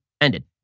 ended